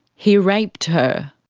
he raped her.